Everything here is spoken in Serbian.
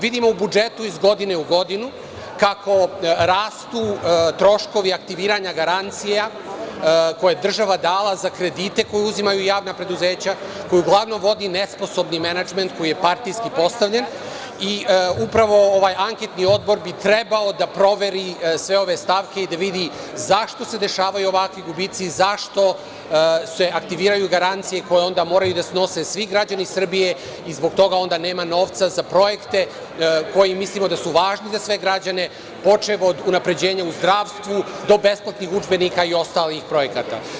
Vidimo u budžetu iz godine u godinu kako rastu troškovi aktiviranja garancija koje je država dala za kredite koja uzimaju javna preduzeća, koje uglavnom vodi nesposobni menadžment koji je partijski postavljen i upravo anketni odbor bi trebao da proveri sve ove stavke i da vidi zašto se dešavaju ovakvi gubici i zašto se aktiviraju garancije koje onda moraju da snose svi građani Srbije i zbog toga onda nema novca za projekte koji mislimo da su važni za sve građane, počev od unapređenja u zdravstvu do besplatnih udžbenika i ostalih projekata.